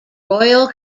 royal